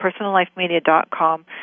personallifemedia.com